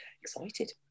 excited